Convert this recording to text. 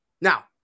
Now